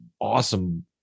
awesome